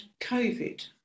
COVID